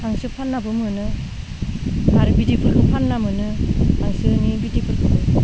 हांसो फाननाबो मोनो आरो बिदैफोरबो फानना मोनो हांसोनि बिदैफोरखोबो